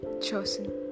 chosen